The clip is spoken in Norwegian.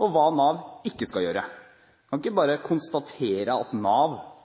og det Nav ikke skal gjøre? En kan ikke bare konstatere –